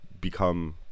become